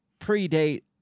predate